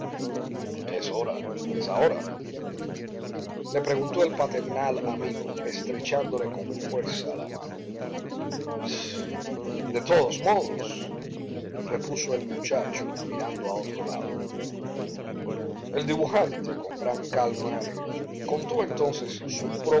explícita es ahora le preguntó el paternal amigo estrechándole con fuerza la mano pst de todos modos repuso el muchacho mirando a otro lado el dibujante con gran calma le contó entonces su